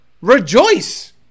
rejoice